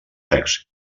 secs